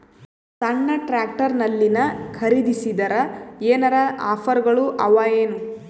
ಸಣ್ಣ ಟ್ರ್ಯಾಕ್ಟರ್ನಲ್ಲಿನ ಖರದಿಸಿದರ ಏನರ ಆಫರ್ ಗಳು ಅವಾಯೇನು?